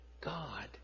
God